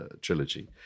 trilogy